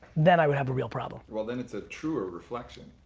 then i would have a real problem. well then it's a truer reflection.